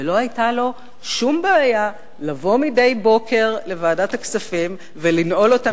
ולא היתה לו שום בעיה לבוא מדי בוקר לוועדת הכספים ולנעול אותה